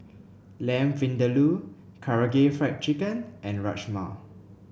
Lamb Vindaloo Karaage Fried Chicken and Rajma